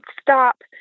stop